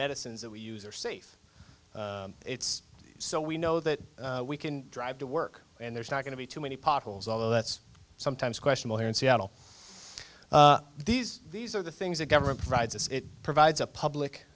medicines that we use are safe it's so we know that we can drive to work and there's not going to be too many potholes although that's sometimes question well here in seattle these these are the things the government provides us it provides a public